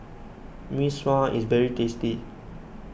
Mee Sua is very tasty